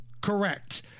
Correct